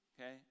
Okay